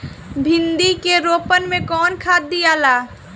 भिंदी के रोपन मे कौन खाद दियाला?